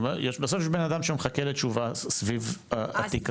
בסוף יש בן אדם שמחכה לתשובה סביב התיק הזה.